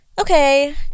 okay